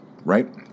right